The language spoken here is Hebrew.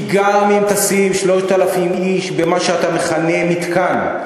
כי גם אם תשים 3,000 איש במה שאתה מכנה "מתקן",